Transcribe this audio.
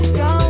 go